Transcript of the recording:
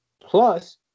plus